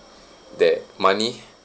that money